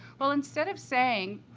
well, instead of saying,